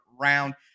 round